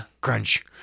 crunch